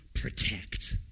protect